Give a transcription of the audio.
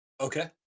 Okay